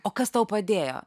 o kas tau padėjo